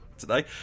today